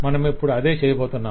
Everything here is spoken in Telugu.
మనమిప్పుడు అదే చేయబోతున్నాం